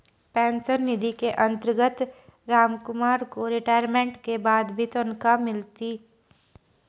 pension निधि के अंतर्गत रामकुमार को रिटायरमेंट के बाद भी तनख्वाह मिलती